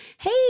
Hey